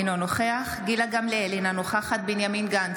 אינו נוכח גילה גמליאל, אינה נוכחת בנימין גנץ,